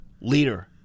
leader